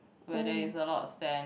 where there is a lot sand